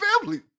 family